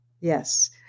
yes